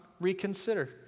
reconsider